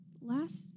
last